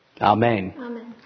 Amen